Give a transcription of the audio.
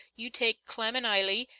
you take clem, n eily,